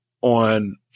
on